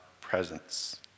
presence